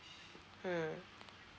mm